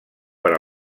per